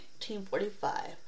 1945